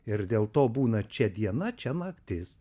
ir dėl to būna čia diena čia naktis